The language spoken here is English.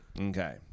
Okay